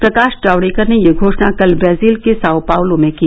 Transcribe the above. प्रकाश जावड़ेकर ने ये घोषणा कल ब्राजील के साओ पावलो में की